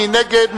מי נגד?